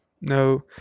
no